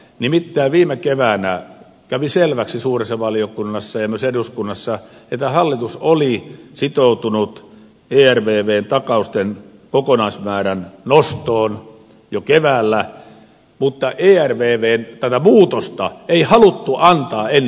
nimittäin viime keväänä kävi selväksi suuressa valiokunnassa ja myös eduskunnassa että hallitus oli sitoutunut ervvn takausten kokonaismäärän nostoon jo keväällä mutta ervvn muutosta ei haluttu antaa ennen eduskuntavaaleja tänne